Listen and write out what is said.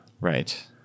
Right